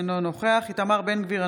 אינו נוכח איתמר בן גביר,